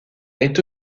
est